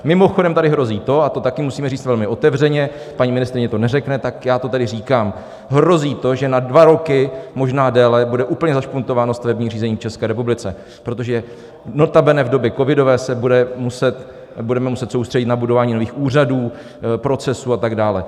Mimochodem tady hrozí a to taky musíme říct velmi otevřeně, paní ministryně to neřekne, tak já to tedy říkám hrozí to, že na dva roky, možná déle, bude úplně zašpuntováno stavební řízení v České republice, protože notabene v době covidové se budeme muset soustředit na budování nových úřadů, procesů a tak dále.